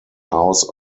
house